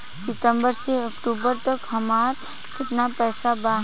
सितंबर से अक्टूबर तक हमार कितना पैसा बा?